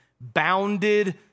bounded